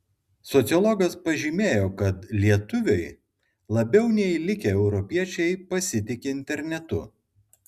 sociologas pažymėjo kad lietuviai labiau nei likę europiečiai pasitiki internetu